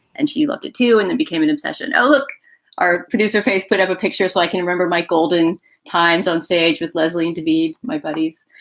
and she loved it, too. and it became an obsession. ah our producer faith put up a picture so i can remember my golden times on stage with leslie to be my buddies.